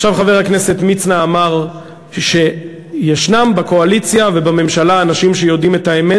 חבר הכנסת מצנע אמר שיש בקואליציה ובממשלה אנשים שיודעים את האמת,